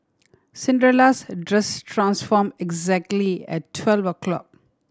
Cinderella's dress transform exactly at twelve o' clock